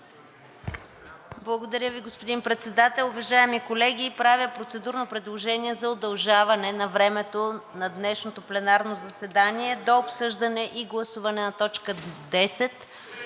Благодаря Ви, господин Председател. Уважаеми колеги, правя процедурно предложение за удължаване на времето на днешното пленарно заседание до обсъждане и гласуване на точка 10